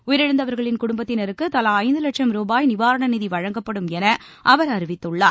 உயிரிழந்தவர்களின் குடும்பத்தினருக்கு தலா ஐந்து லட்சும் ரூபாய் நிவாரண நிதி வழங்கப்படும் என அவர் அறிவித்துள்ளார்